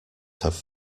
have